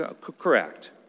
Correct